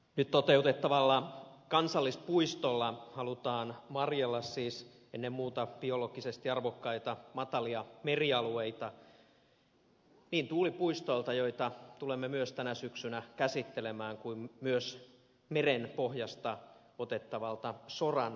nyt toteutettavalla kansallispuistolla halutaan varjella siis ennen muuta biologisesti arvokkaita matalia merialueita niin tuulipuistoilta joita tulemme myös tänä syksynä käsittelemään kuin myös merenpohjasta otettavalta soranotolta